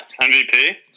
MVP